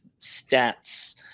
stats